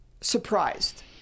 surprised